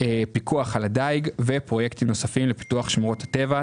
פיקוח על הדייג ופרויקטים נוספים לפיתוח שמורות הטבע,